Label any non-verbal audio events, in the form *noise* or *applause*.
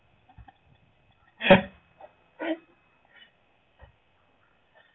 *laughs*